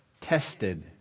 tested